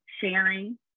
sharing